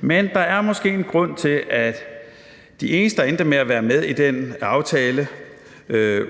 Men der er måske en grund til, at de eneste, der endte med at være med i den aftale